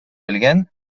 белгән